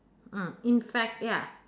mm in fact ya